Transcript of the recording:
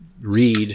Read